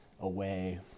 away